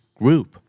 group